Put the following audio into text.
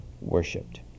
worshipped